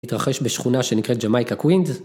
התרחש בשכונה שנקראת ג'מאיקה קווינד